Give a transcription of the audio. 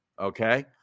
Okay